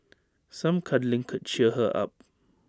some cuddling could cheer her up